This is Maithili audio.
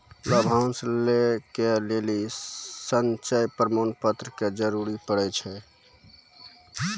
लाभांश लै के लेली संचय प्रमाण पत्र के जरूरत पड़ै छै